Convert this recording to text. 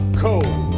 cold